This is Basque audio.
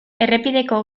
errepideko